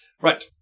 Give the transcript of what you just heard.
Right